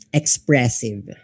expressive